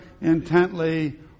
intently